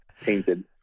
painted